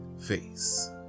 face